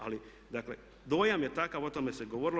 Ali dakle dojam takav, o tome se govorilo.